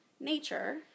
nature